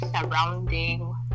surrounding